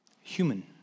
human